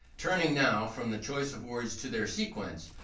turning now from the choice of words to their sequence,